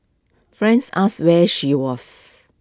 friends asked where she was